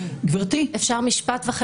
אפשר משפט וחצי?